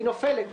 נופלת,